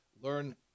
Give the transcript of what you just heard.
learn